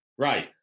Right